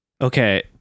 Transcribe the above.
Okay